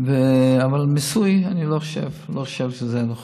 אבל מיסוי, אני לא חושב שזה נכון.